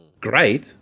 great